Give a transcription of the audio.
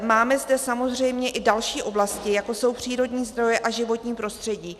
Máme zde samozřejmě i další oblasti, jako jsou přírodní zdroje a životní prostředí.